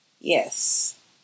Yes